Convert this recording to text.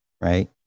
Right